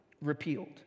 repealed